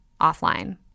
offline